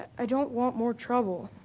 i don't want more trouble.